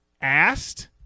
Asked